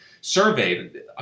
surveyed